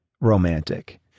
romantic